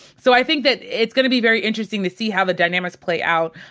so i think that it's gonna be very interesting to see how the dynamics play out,